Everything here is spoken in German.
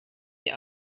die